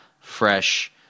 fresh